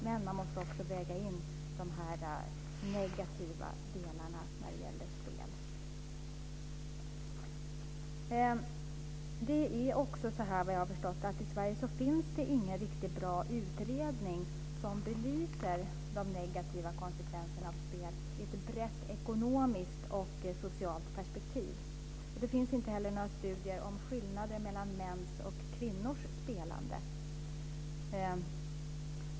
Men man måste också väga in de negativa delarna när det gäller spel. Vad jag har förstått finns det i Sverige inte någon riktigt bra utredning som belyser de negativa konsekvenserna av spel i ett brett ekonomiskt och socialt perspektiv. Det finns inte heller några studier om skillnader mellan mäns och kvinnors spelande.